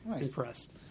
impressed